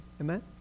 Amen